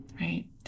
right